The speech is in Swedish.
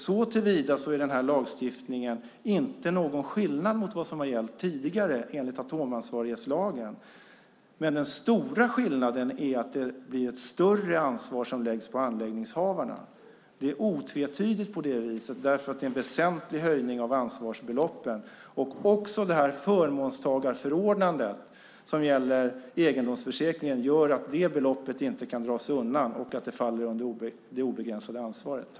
Såtillvida är den här lagstiftningen inte någon skillnad mot vad som har gällt tidigare enligt atomansvarighetslagen. Den stora skillnaden är att ett större ansvar läggs på anläggningshavarna. Det är otvetydigt på det viset, därför att det är en väsentlig höjning av ansvarsbeloppen. Också det här förmånstagarförordnandet som gäller egendomsförsäkringen gör att det beloppet inte kan dras undan och att det faller under det obegränsade ansvaret.